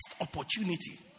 opportunity